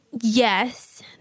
yes